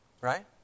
Right